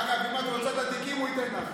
אגב, אם את רוצה את התיקים, הוא ייתן לך.